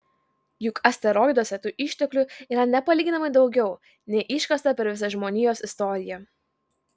juk asteroiduose tų išteklių yra nepalyginamai daugiau nei iškasta per visą žmonijos istoriją